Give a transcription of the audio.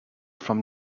from